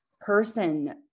person